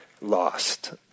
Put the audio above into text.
lost